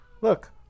look